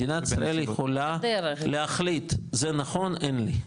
מדינת ישראל יכולה להחליט, "זה נכון, אין לי".